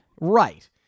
Right